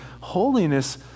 Holiness